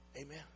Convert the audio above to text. Amen